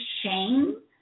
shame